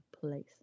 place